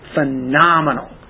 Phenomenal